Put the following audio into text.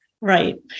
Right